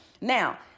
Now